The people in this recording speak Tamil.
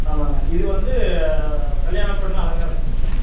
ஆமாங்க இது வந்து கல்யாணப் பெண்ணு அலங்காரத்துக்குங்க